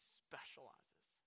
specializes